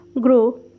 grow